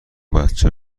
بچه